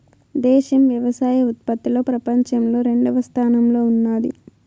దేశం వ్యవసాయ ఉత్పత్తిలో పపంచంలో రెండవ స్థానంలో ఉన్నాది